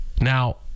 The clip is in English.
now